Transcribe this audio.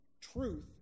truth